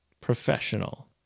professional